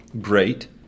Great